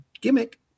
gimmick